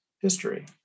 history